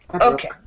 Okay